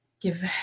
Give